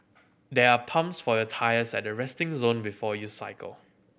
there are pumps for your tyres at the resting zone before you cycle